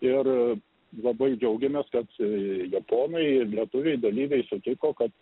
ir labai džiaugiamės kad japonai ir lietuviai dalyviai sutiko kad